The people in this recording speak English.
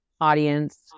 audience